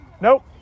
Nope